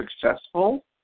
successful